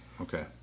Okay